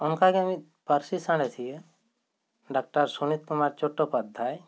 ᱚᱱᱠᱟ ᱜᱮ ᱢᱤᱫ ᱯᱟᱹᱨᱥᱤ ᱥᱟᱬᱮᱥᱤᱭᱟᱹ ᱰᱟᱠᱴᱟᱨ ᱥᱩᱱᱤᱛ ᱠᱩᱢᱟᱨ ᱪᱚᱴᱴᱚᱯᱟᱫᱽᱫᱷᱟᱭ